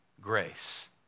grace